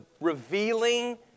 revealing